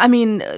i mean,